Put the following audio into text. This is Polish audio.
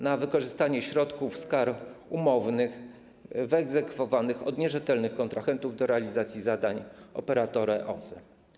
na wykorzystanie środków z kar umownych wyegzekwowanych od nierzetelnych kontrahentów, do realizacji zadań operatora OSE.